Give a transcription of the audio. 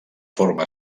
forma